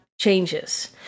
changes